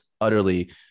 utterly